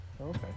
Okay